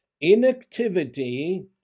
Inactivity